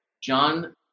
John